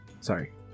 sorry